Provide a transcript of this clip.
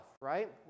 right